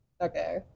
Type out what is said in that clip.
Okay